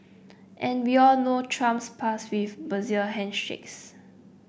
and we all know Trump's past with bizarre handshakes